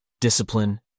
discipline